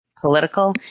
Political